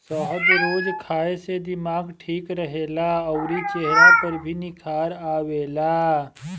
शहद रोज खाए से दिमाग ठीक रहेला अउरी चेहरा पर भी निखार आवेला